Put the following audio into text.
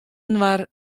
inoar